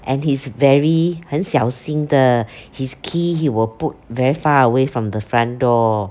and he's very 很小心的 his key he will put very far away from the front door